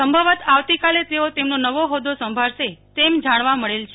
સંભવત આવતી કાલે તેઓ તેમનો નવો હોદ્દો સંભાળશે તેમ જાણવા મળેલ છે